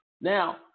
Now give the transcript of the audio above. Now